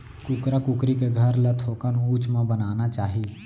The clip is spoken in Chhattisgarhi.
कुकरा कुकरी के घर ल थोकन उच्च म बनाना चाही